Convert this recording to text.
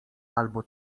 albo